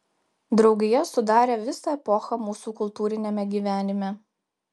draugija sudarė visą epochą mūsų kultūriniame gyvenime